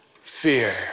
fear